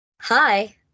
Hi